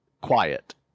quiet